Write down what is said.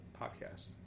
podcast